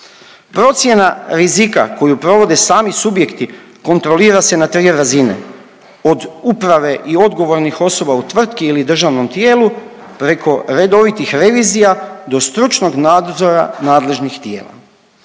Procjena rizika koju provode sami subjekti kontrolira se na tri razine, od uprave i odgovornih osoba u tvrtki ili državnom tijelu preko redovitih revizija do stručnog nadzora nadležnih tijela.